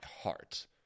heart